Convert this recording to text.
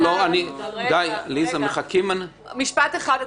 משפט אחד,